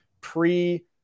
pre